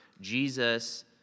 Jesus